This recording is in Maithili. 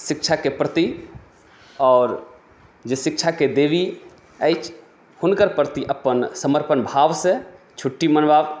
शिक्षाके प्रति आओर जे शिक्षाके देवी अछि हुनकर प्रति अपन समर्पण भावसँ छुट्टी मनबा